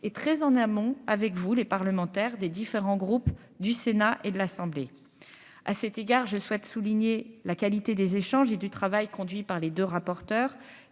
et très en amont avec vous les parlementaires des différents groupes du Sénat et de l'Assemblée, à cet égard je souhaite souligner la qualité des échanges et du travail conduit par les deux rapporteurs